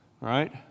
Right